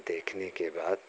देखने के बाद